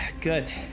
Good